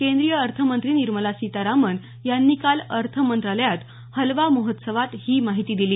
केंद्रीय अर्थमंत्री निर्मला सीतारामन यांनी काल अर्थ मंत्रालयात हलवा महोत्सवात ही माहिती दिली